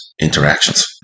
interactions